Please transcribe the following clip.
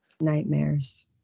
nightmares